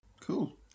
Cool